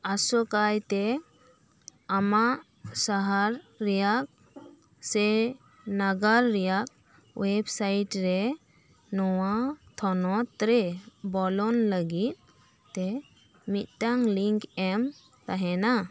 ᱟᱥᱚᱠᱟᱭᱛᱮ ᱟᱢᱟᱜ ᱥᱟᱦᱟᱨ ᱨᱮᱭᱟᱜ ᱥᱮ ᱱᱟᱜᱟᱨ ᱨᱮᱭᱟᱜ ᱳᱭᱮᱵᱽᱥᱟᱭᱤᱴ ᱨᱮ ᱱᱚᱣᱟ ᱛᱷᱚᱱᱚᱛ ᱨᱮ ᱵᱚᱞᱚᱱ ᱞᱟᱹᱜᱤᱫ ᱛᱮ ᱢᱤᱫᱴᱟᱝ ᱞᱤᱝᱠ ᱮᱢ ᱛᱟᱦᱮᱱᱟ